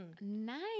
Nice